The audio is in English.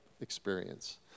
experience